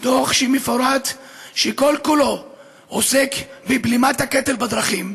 דוח מפורט שכל-כולו עוסק בבלימת הקטל בדרכים.